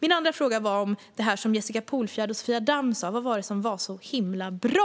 Min andra fråga gällde det som Jessica Polfjärd och Sofia Damm sa. Vad var det som var så himla bra?